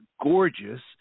gorgeous